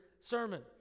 sermon